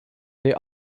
they